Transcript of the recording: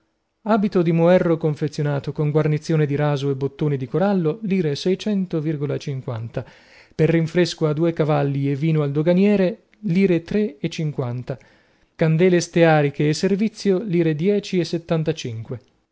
abito di moerro confezionato con guarnizione di raso e bott di corallo lire seicento virgola cinquanta per rinfresco a due cavalli e vino al doganiere lire tre e cinquanta candele steariche e servizio lire dieci e settantacinque